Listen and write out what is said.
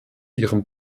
ihrem